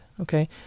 Okay